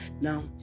Now